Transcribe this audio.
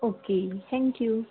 okay thank you